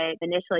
initially